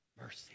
Mercy